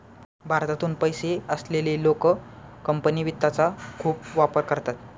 भारतातून पैसे असलेले लोक कंपनी वित्तचा खूप वापर करतात